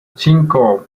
cinco